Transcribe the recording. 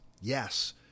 Yes